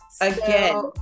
Again